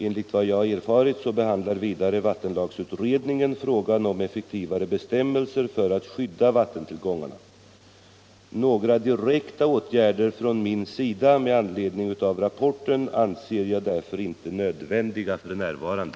Enligt vad jag erfarit behandlar vidare vattenlagsutredningen frågan om effektivare bestämmelser för att skydda vattentillgångarna. Några direkta åtgärder från min sida med anledning av rapporten anser Jag därför inte nödvändiga f.n.